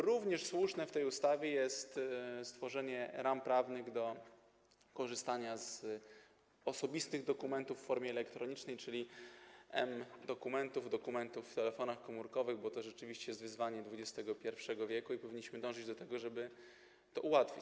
Również właściwe w tej ustawie jest stworzenie ram prawnych do korzystania z osobistych dokumentów w formie elektronicznej, czyli mDokumentów, dokumentów w telefonach komórkowych, bo to rzeczywiście jest wyzwaniem XXI w. i powinniśmy dążyć do tego, żeby to ułatwić.